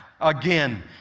again